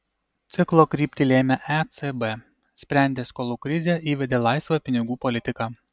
ciklo kryptį lėmė ecb sprendė skolų krizę įvedė laisvą pinigų politiką